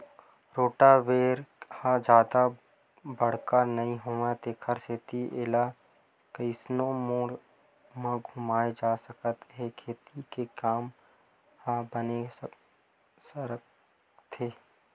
rotavator ह जादा बड़का नइ होवय तेखर सेती एला कइसनो मोड़ म घुमाए जा सकत हे खेती के काम ह बने सरकथे